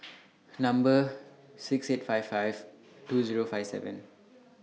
Number six eight five five two Zero five nine